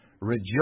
Rejoice